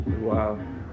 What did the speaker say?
Wow